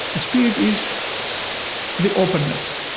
spirit is the openness,